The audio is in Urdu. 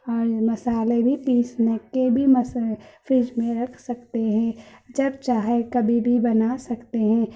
اور مصالحے بھی پیسنے کے بھی فریج میں رکھ سکتے ہیں جب چاہیں کبھی بھی بنا سکتے ہیں